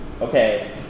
Okay